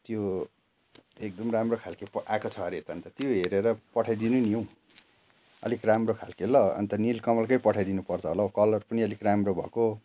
त्यो एकदम राम्रो खालको पो आएको छ अरे त अन्त त्यो हेरेर पठाइदिनु नि हौ अलिक राम्रो खालको ल अन्त निलकमलकै पठाइ दिनुपर्छ होला हौ कलर पनि अलिक राम्रो भएको